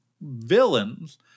villains